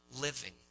living